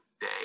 day